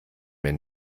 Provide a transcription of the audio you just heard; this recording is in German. mir